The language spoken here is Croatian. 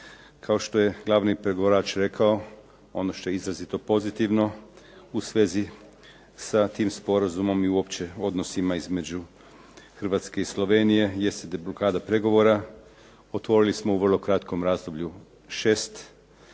Kao što je glavni pregovarač rekao, ono što je izrazito pozitivno u svezi sa tim sporazumom uopće i odnosima između Hrvatske i Slovenije je deblokada pregovora. Otvorili smo u vrlo krakom razdoblju 6